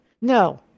No